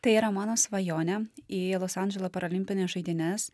tai yra mano svajonė į los andželo paralimpines žaidynes